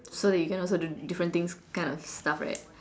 so that you can also do different things kind of stuff right